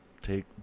take